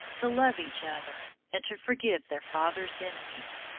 to love each other, and to forgive their father's enemies.